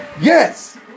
Yes